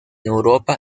europa